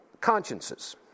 consciences